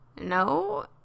no